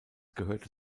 gehörte